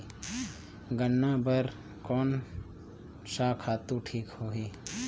गन्ना बार कोन सा खातु ठीक होही?